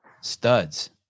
studs